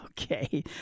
Okay